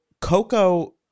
Coco